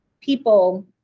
people